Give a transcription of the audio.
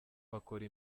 bakora